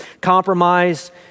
compromised